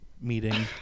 meeting